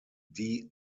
die